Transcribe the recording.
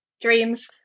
dreams